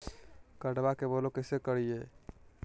कार्डबा के ब्लॉक कैसे करिए?